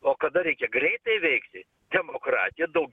o kada reikia greitai veikti demokratija daug